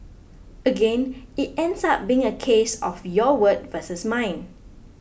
again it ends up being a case of your word versus mine